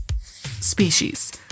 species